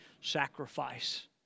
sacrifice